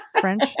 French